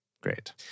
Great